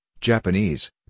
Japanese